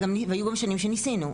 והיו גם שנים שניסינו,